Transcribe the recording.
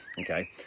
Okay